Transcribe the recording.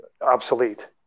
obsolete